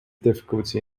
difficulty